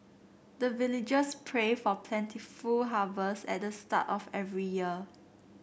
the villagers pray for plentiful harvest at the start of every year